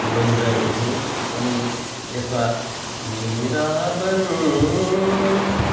heroine रहेकी छिन् अनि यसमा मेरा मन